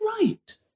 right